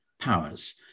powers